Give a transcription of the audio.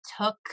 took